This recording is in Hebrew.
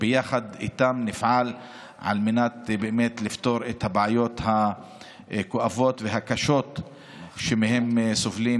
יחד איתם נפעל לפתור את הבעיות הכואבות והקשות שמהן סובלים